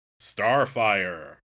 Starfire